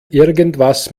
irgendwas